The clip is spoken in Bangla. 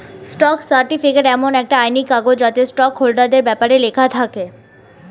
স্টক সার্টিফিকেট এমন একটা আইনি কাগজ যাতে স্টক হোল্ডারদের ব্যপারে লেখা থাকে